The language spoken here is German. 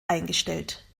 eingestellt